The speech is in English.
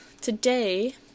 today